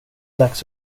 dags